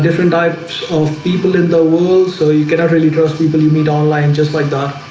different types of people in the world. so you cannot really trust people you meet online just like that